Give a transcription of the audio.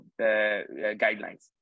guidelines